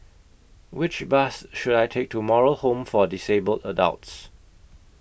Which Bus should I Take to Moral Home For Disabled Adults